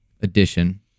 addition